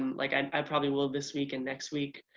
um like i probably will this week and next week.